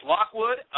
Lockwood